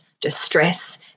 distress